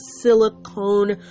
silicone